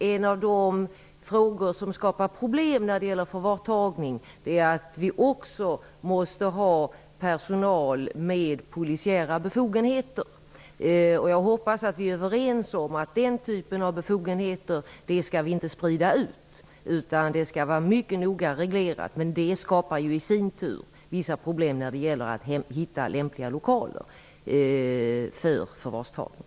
Något som skapar problem är att vi också måste ha personal med polisiära befogenheter. Jag hoppas att vi är överens om att sådana befogenheter inte skall spridas ut. Det skall vara mycket noga reglerat. Detta skapar i sin tur vissa problem när det gäller att hitta lämpliga lokaler för förvarstagning.